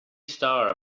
star